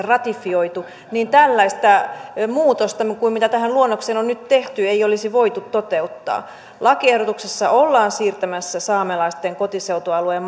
ratifioitu niin tällaista muutosta kuin mitä tähän luonnokseen on nyt tehty ei olisi voitu toteuttaa lakiehdotuksessa ollaan siirtämässä saamelaisten kotiseutualueen